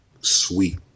Sweet